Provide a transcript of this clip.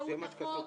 באמצעות החוק,